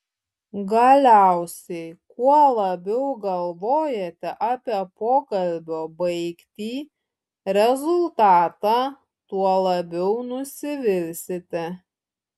galiausiai kuo labiau galvojate apie pokalbio baigtį rezultatą tuo labiau nusivilsite